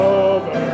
over